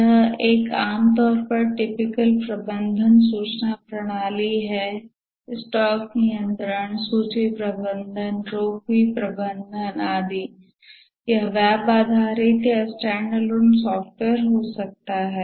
यह एक आमतौर पर टिपिकल प्रबंधन सूचना प्रणाली है स्टॉक नियंत्रण सूची प्रबंधन रोगी प्रबंधन आदि यह वेब पर आधारित या स्टैंडअलोन सॉफ्टवेयर हो सकता है